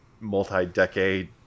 multi-decade